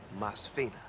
Masfina